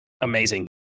Amazing